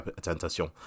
tentation